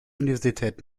universität